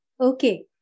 Okay